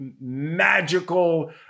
magical